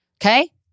okay